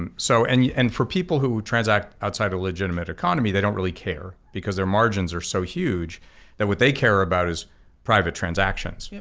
um so and yeah and for people who transact outside a legitimate economy they don't really care, because their margins are so huge that what they care about is private transactions, yeah